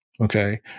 okay